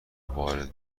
وارد